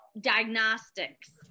diagnostics